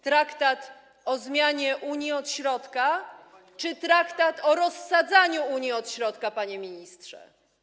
Traktat o zmianie Unii od środka czy traktat o rozsadzaniu Unii od środka, panie ministrze?